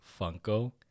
Funko